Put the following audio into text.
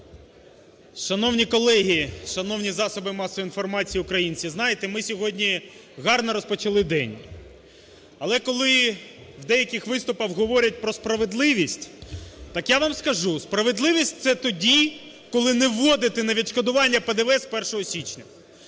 Шановні колеги! Шановні засоби масової інформації, українці! Знаєте, ми сьогодні гарно розпочали день. Але коли в деяких виступах говорять про справедливість, так я вам скажу: справедливість – це тоді, коли не вводити на відшкодування ПДВ з 1 січня.